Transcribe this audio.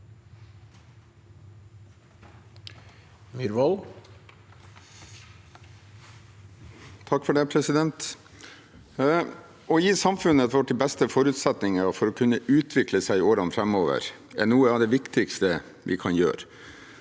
Å gi samfunnet de beste forutsetninger for å kunne utvikle seg i årene framover er noe av det viktigste vi kan gjøre.